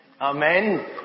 Amen